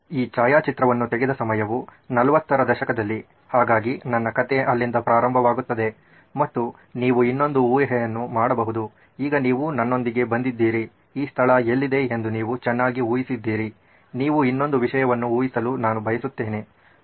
ಈ ಛಾಯಾಚಿತ್ರವನ್ನು ತೆಗೆದ ಸಮಯವು 40 ರ ದಶಕದಲ್ಲಿ ಹಾಗಾಗಿ ನನ್ನ ಕಥೆ ಅಲ್ಲಿಂದ ಪ್ರಾರಂಭವಾಗುತ್ತದೆ ಮತ್ತು ನೀವು ಇನ್ನೊಂದು ಊಹೆಯನ್ನು ಮಾಡಬಹುದು ಈಗ ನೀವು ನನ್ನೊಂದಿಗೆ ಬಂದಿದ್ದೀರಿ ಈ ಸ್ಥಳ ಎಲ್ಲಿದೆ ಎಂದು ನೀವು ಚೆನ್ನಾಗಿ ಊಹಿಸಿದ್ದೀರಿ ನೀವು ಇನ್ನೊಂದು ವಿಷಯವನ್ನು ಊಹಿಸಲು ನಾನು ಬಯಸುತ್ತೇನೆ